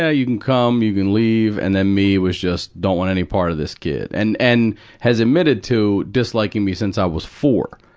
yeah you can come, you can leave, and then me, was just, don't want any part of this kid. and, and has admitted to disliking me since i was four.